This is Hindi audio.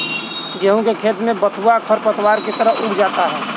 गेहूँ के खेत में बथुआ खरपतवार की तरह उग आता है